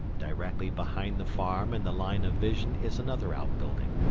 directly behind the farm in the line of vision is another outbuilding.